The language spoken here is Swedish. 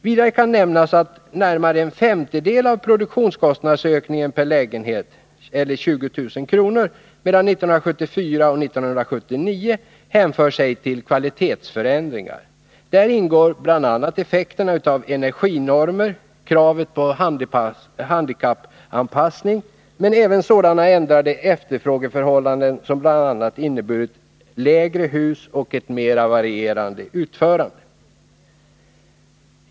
Vidare kan nämnas att närmare en femtedel av prduktionskostnadsökningen per lägenhet, 20 000 kronor, mellan 1974 och 1979 hänför sig till kvalitetsförändringar. Där ingår bl.a. effekterna av energinormer, kravet på handikappanpassning men även sådana ändrade efterfrågeförhållanden som bl.a. inneburit lägre hus och ett mer varierat utförande.